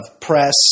press